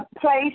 place